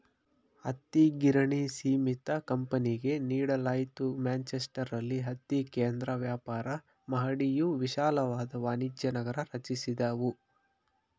ಹತ್ತಿಗಿರಣಿ ಸೀಮಿತ ಕಂಪನಿಗೆ ನೀಡಲಾಯ್ತು ಮ್ಯಾಂಚೆಸ್ಟರಲ್ಲಿ ಹತ್ತಿ ಕೇಂದ್ರ ವ್ಯಾಪಾರ ಮಹಡಿಯು ವಿಶಾಲವಾದ ವಾಣಿಜ್ಯನಗರ ರಚಿಸಿದವು